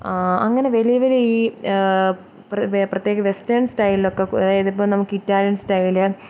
അങ്ങനെ വലിയ വലിയ ഈ പ്രത്യേക വെസ്റ്റേൺ സ്റ്റൈലിലൊക്കെ ഇതിപ്പം നമുക്ക് ഇറ്റാലിയൻ സ്റ്റൈല്